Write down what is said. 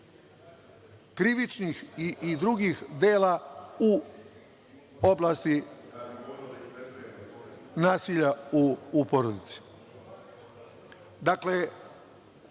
krivičnih i drugih dela u oblasti nasilja u porodici. Dakle,